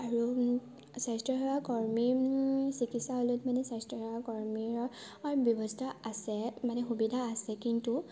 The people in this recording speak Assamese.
আৰু স্বাস্থ্যসেৱা কৰ্মী চিকিৎসালয়ত মানে স্বাস্থ্যসেৱা কৰ্মীৰ অৰ ব্যৱস্থা আছে মানে সুবিধা আছে কিন্তু